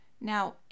Now